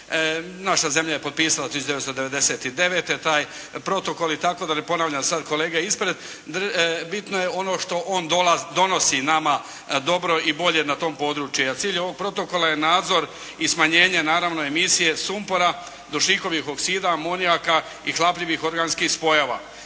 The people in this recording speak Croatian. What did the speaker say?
naša zemlja je potpisala 1999. taj protokol i tako da ne ponavljam sad kolege ispred, bitno je ono što on donosi nama dobro i bolje na tom području, a cilj ovog protokola je nadzor i smanjenje naravno emisije sumpora, dušikovih oksida, amonijaka i hlapljivih organskih spojava